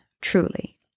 truly